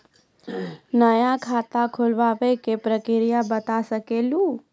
नया खाता खुलवाए के प्रक्रिया बता सके लू?